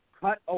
cut